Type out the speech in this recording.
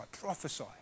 prophesy